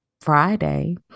Friday